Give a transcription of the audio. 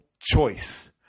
choice